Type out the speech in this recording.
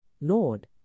Lord